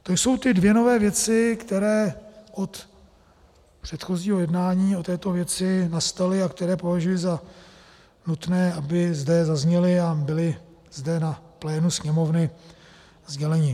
To jsou ty dvě nové věci, které od předchozího jednání o této věci nastaly a které považuji za nutné, aby zde zazněly a byly zde na plénu Sněmovny sděleny.